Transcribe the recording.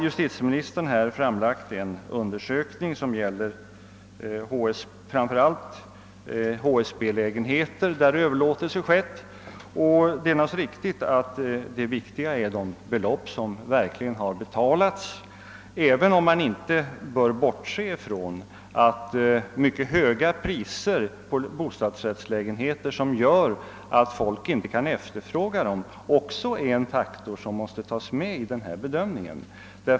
Justitieministern har nu redogjort för en un dersökning som framför allt gäller HSB lägenheter, där överlåtelser har skett, och det är naturligtvis rätt som han säger, att det viktiga är vilka belopp som verkligen har betalats, även om man inte bör bortse från att mycket höga priser på bostadsrättslägenheter, som gör att människor inte kan efterfråga dem, också är en negativ företeelse.